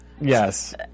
Yes